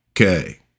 okay